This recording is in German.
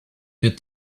wird